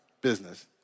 business